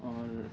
اور